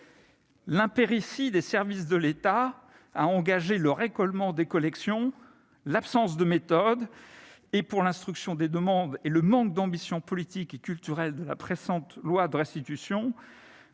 L'impéritie des services de l'État à engager le récolement des collections, l'absence de méthode pour l'instruction des demandes et le manque d'ambition politique et culturelle de la précédente loi de restitution